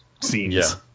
scenes